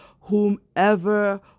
whomever